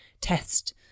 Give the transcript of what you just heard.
test